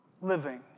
living